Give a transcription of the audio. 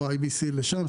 ו-IBC לשם.